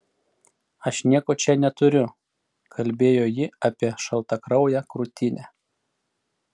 aš nieko čia neturiu kalbėjo ji apie šaltakrauję krūtinę